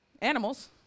animals